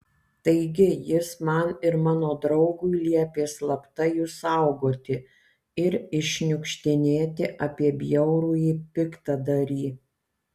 taigi jis man ir mano draugui liepė slapta jus saugoti ir iššniukštinėti apie bjaurųjį piktadarį